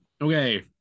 okay